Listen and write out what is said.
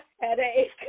headache